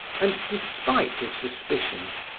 and despite his suspicions,